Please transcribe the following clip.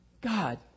God